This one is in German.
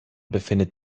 befindet